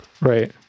Right